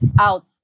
out